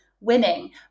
winning